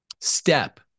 step